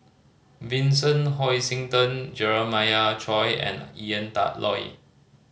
Vincent Hoisington Jeremiah Choy and Ian Loy